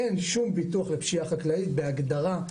אין שום ביטוח לפשיעה חקלאית בהגדרה,